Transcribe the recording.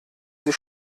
sie